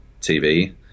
TV